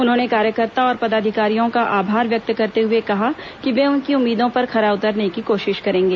उन्होंने कार्यकर्ता और पदाधिकारियों का आभार व्यक्त करते हए कहा कि वे उनकी उम्मीदों पर खरा उतरने की कोशिश करेंगे